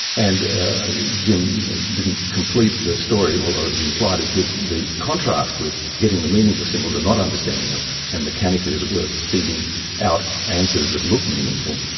and jim didn't complete the story, although he implied it, that the contrast with getting the meaning less symbols and not understanding them and mechanically, as it were, feeding out answers that look meaningful.